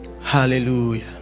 hallelujah